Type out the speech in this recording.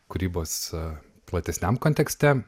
kūrybos platesniam kontekste